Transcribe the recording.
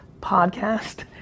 podcast